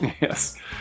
Yes